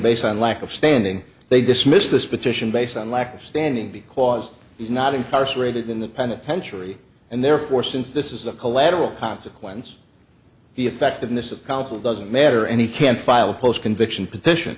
based on lack of standing they dismiss this petition based on lack of standing because he's not incarcerated in the penitentiary and therefore since this is a collateral consequence he effectiveness of counsel doesn't matter and he can file a post conviction petition